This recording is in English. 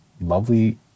lovely